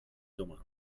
domanda